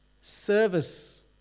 service